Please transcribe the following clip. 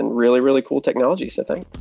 and really, really cool technologies. thanks